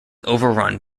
overrun